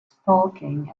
stalking